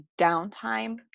downtime